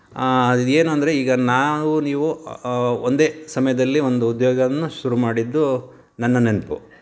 ಆಂ ಏನಂದರೆ ಈಗ ನಾವು ನೀವು ಒಂದೇ ಸಮಯದಲ್ಲಿ ಒಂದು ಉದ್ಯೋಗವನ್ನು ಶುರು ಮಾಡಿದ್ದು ನನ್ನ ನೆನಪು